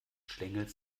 schlängelt